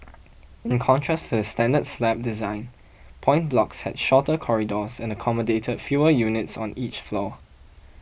in contrast to the standard slab design point blocks had shorter corridors and accommodated fewer units on each floor